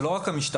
זה לא רק המשטרה.